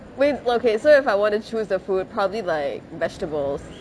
wait okay so if I want to choose a food probably like vegetables